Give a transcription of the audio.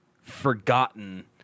forgotten